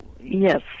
Yes